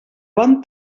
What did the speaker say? bon